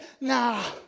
nah